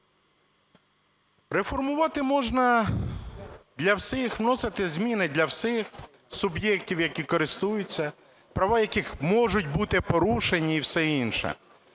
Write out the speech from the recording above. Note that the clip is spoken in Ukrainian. Реформувати можна для всіх, вносити зміни для всіх суб'єктів, які користуються, права яких можуть бути порушені і все інше.